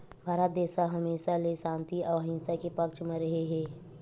भारत देस ह हमेसा ले सांति अउ अहिंसा के पक्छ म रेहे हे